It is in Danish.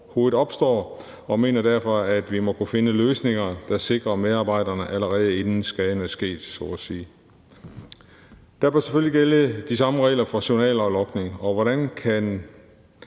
overhovedet opstår, og mener derfor, at vi må kunne finde løsninger, der sikrer medarbejderne, allerede inden skaden er sket så at sige. Der bør selvfølgelig gælde de samme regler for journaler og logning,